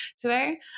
today